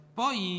poi